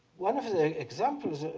one of the examples,